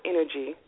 energy